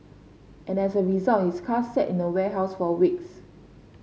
and as a result his car sat in a warehouse for weeks